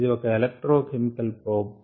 ఇది ఒక electrochemical probe